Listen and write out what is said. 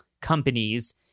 companies